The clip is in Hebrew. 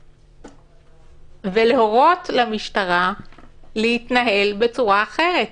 טוקבקיסט ולהורות למשטרה להתנהל בצורה אחרת.